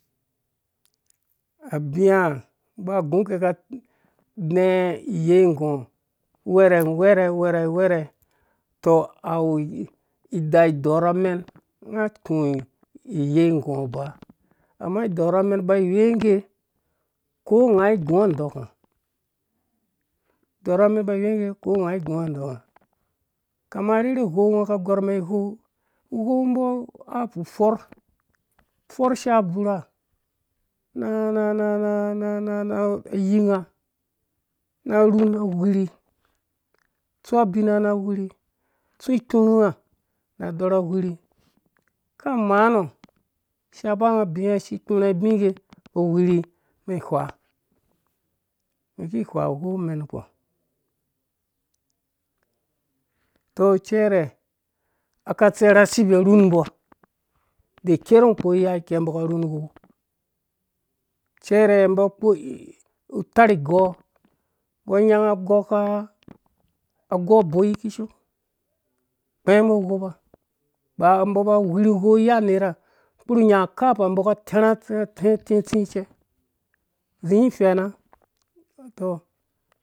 Abina ba gu ke ka dɛɛ iyei nggɔɔ werhe awu wɛrhɛ wɛrhɛ awu wɛrhɛ tɔ aɔu da dɔrh amen anga ku iyei ungɔɔha iba amma adorh amen ba weh ngge ko ngaa ai ggua udɔkunga dorhamen ba weh ngge ko ngaa ai gua udokunga kama arherhe uwou nga ko ngaa ai gua udokunga kama arhera uwou nga ka gorh mɛn uwo uwou mbɔ afufoth. fɔr shaa buurha. na na na na na ayengana rhun na wurhi stu abina na wurhi stu ikpurhunga na dorha wurhi ka maans shapa nga abia ikpurha bi ngge mbɔ wurhi mɛn wha men ki wha uwou men nakpɔ tɔ icɛrɛ aka sterha asi buu arhunmbɔ da kɛr ungo kpo iyakɛ mbɔ ka rhu n uwou cɛrɛ mbɔ kpɔ utarh igo mbɔ nyanga gɔka agɔ boi kishoo kpɛmbɔ uwopa mbo ba wurhi uwou rhi iya nerha kpurhi nya akapha nbo ka atoiha atirha ati asti cɛ zi fɛna toh